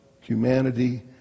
humanity